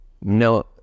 no